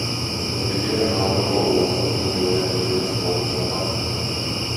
vokietijoje hamburgo uostą smūgiuoja didžiulės potvynio bangos